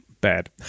bad